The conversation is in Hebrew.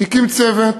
הקים צוות,